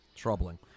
troubling